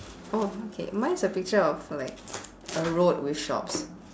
oh okay mine is a picture of like a road with shops